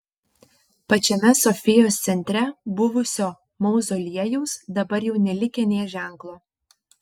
pačiame sofijos centre buvusio mauzoliejaus dabar jau nelikę nė ženklo